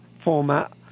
format